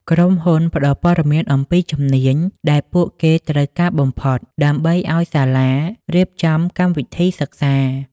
ក្រុមហ៊ុនផ្ដល់ព័ត៌មានអំពីជំនាញដែលពួកគេត្រូវការបំផុតដើម្បីឱ្យសាលារៀបចំកម្មវិធីសិក្សា។